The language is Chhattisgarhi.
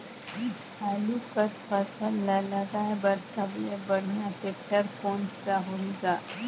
आलू कर फसल ल लगाय बर सबले बढ़िया टेक्टर कोन सा होही ग?